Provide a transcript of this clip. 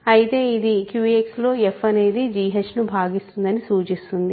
అయితే ఇది QX లో f అనేది gh ను భాగిస్తుందని సూచిస్తుంది